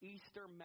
Easter